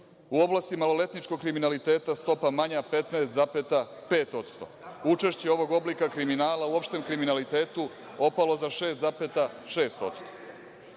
U oblasti maloletničkog kriminaliteta stopa manja 15,5%, učešće ovog oblika kriminala u opštem kriminalitetu opala za 6,6%.